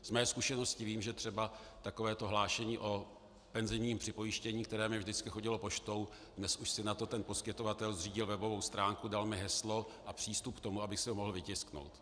Ze své zkušenosti vím, že třeba takové to hlášení o penzijním připojištění, které mi vždycky chodilo poštou, dnes už si na to ten poskytovatel zřídil webovou stránku, dal mi heslo a přístup k tomu, abych si ho mohl vytisknout.